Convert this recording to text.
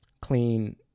clean